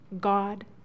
God